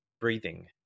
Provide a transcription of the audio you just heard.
breathing